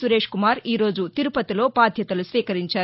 సురేష్ కుమార్ ఈ రోజు తిరుపతిలో బాధ్యతలు స్వీకరించారు